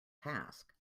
task